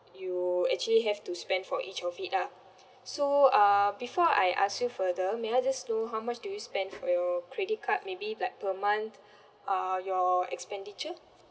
you actually have to spend for each of it lah so uh before I ask you further may I just know how much do you spend for your credit card maybe like per month uh your expenditure